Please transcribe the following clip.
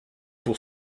pour